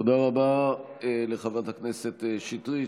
תודה רבה לחברת הכנסת שטרית,